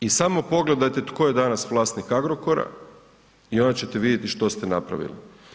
I samo pogledajte tko je danas vlasnik Agrokora i onda ćete vidjeti što ste napravili.